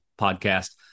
podcast